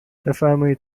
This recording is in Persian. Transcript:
بفرمایید